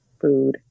food